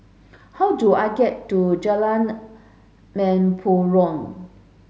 how do I get to Jalan Mempurong